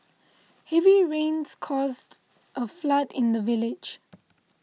heavy rains caused a flood in the village